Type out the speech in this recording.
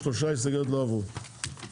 ההסתייגויות לא עברו.